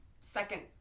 second